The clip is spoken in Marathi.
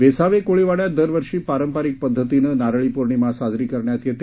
वेसावे कोळीवाड्यात दरवर्षी पारंपरिक पद्धतीने नारळी पौर्णिमा साजरी करण्यात येते